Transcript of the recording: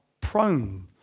prone